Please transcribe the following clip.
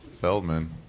Feldman